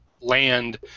land